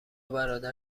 برادر